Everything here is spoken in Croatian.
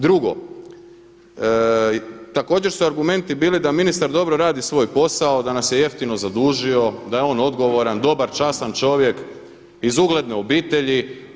Drugo, također su argumenti bili da ministar dobro radi svoj posao, da nas je jeftino zadužio, da je on odgovoran, dobar, častan čovjek iz ugledne obitelji.